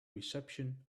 reception